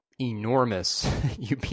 enormous